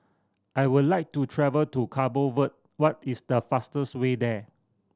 I would like to travel to Cabo Verde what is the fastest way there